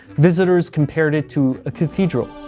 visitors compared it to a cathedral.